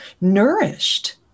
nourished